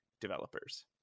developers